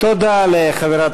תודה לחברת